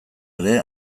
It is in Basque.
ere